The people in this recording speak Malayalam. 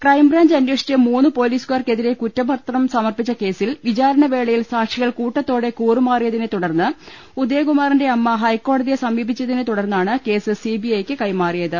ക്രൈംബ്രാഞ്ച് അന്വേഷിച്ച് മൂന്ന് പൊലീസുകാർക്കെതിരെ കുറ്റപത്രം സമർപ്പിച്ച കേസിൽ വിചാരണവേളയിൽ സാക്ഷികൾ കൂട്ടത്തോടെ കൂറുമാറിയതിനെ തുടർന്ന് ഉദയകുമാറിന്റെ അമ്മ ഹൈക്കോടതിയെ സമീപിച്ചതിനെ തുടർന്നാണ് കേസ് സിബി ഐക്ക് കൈമാറിയത്